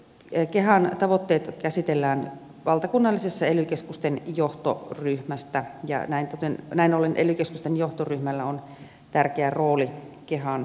kehan tavoitteet käsitellään valtakunnallisessa ely keskusten johtoryhmässä ja näin ollen ely keskusten johtoryhmällä on tärkeä rooli kehan ohjauksen tukena